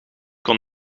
kon